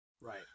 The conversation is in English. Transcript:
Right